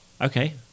okay